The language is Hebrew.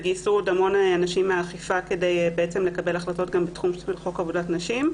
גייסו עוד המון אנשים מהאכיפה כדי לקבל החלטות גם בתחום עבודת נשים.